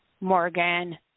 Morgan